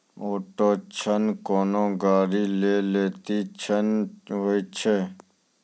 auto ऋण कोनो गाड़ी लै लेली ऋण होय छै